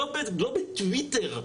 לא בטוויטר.